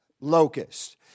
locust